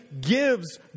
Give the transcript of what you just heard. gives